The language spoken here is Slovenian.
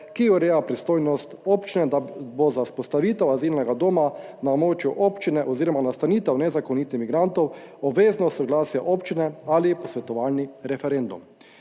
ki ureja pristojnost občine, da bo za vzpostavitev azilnega doma na območju občine oziroma nastanitev nezakonitih migrantov obvezno soglasje občine ali posvetovalni referendum.